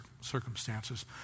circumstances